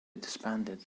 disbanded